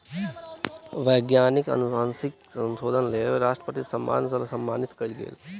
वैज्ञानिक अनुवांशिक संशोधनक लेल राष्ट्रपति सम्मान सॅ सम्मानित कयल गेल